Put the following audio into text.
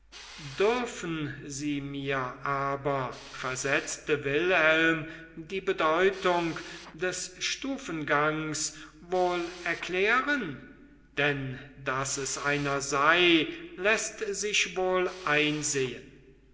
dürfen sie mir aber versetzte wilhelm die bedeutung des stufengangs wohl erklären denn daß es einer sei läßt sich wohl einsehen